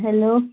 hello